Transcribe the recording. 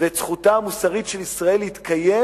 ואת זכותה המוסרית של ישראל להתקיים